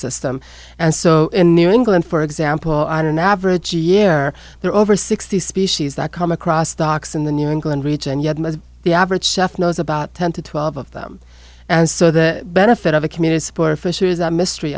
system and so in new england for example on an average year there are over sixty species that come across docks in the new england region and yet the average chef knows about ten to twelve of them and so the benefit of a community support fisher is that mystery